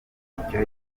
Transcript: icyo